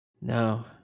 No